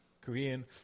Korean